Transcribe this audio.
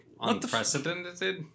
unprecedented